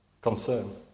Concern